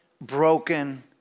broken